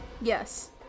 Yes